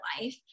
life